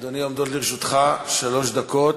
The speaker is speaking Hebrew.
אדוני, עומדות לרשותך שלוש דקות.